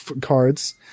cards